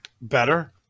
better